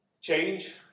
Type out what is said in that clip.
change